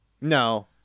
No